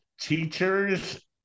teachers